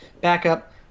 backup